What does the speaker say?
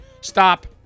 Stop